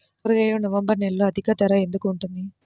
కూరగాయలు నవంబర్ నెలలో అధిక ధర ఎందుకు ఉంటుంది?